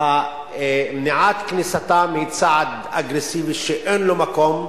מניעת כניסתם היא צעד אגרסיבי שאין לו מקום,